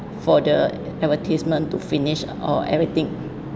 for the advertisement to finish or everything